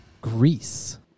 Greece